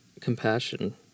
compassion